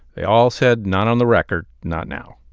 they all said, not on the record, not now.